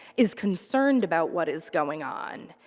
is concerned about what is going on.